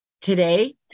Today